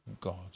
God